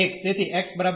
તેથી x 1